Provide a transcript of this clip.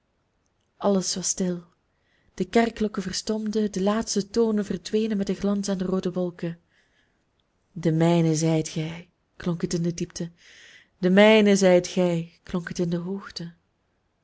alles was stil de kerkklokken verstomden de laatste tonen verdwenen met den glans aan de roode wolken de mijne zijt gij klonk het in de diepte de mijne zijt gij klonk het in de hoogte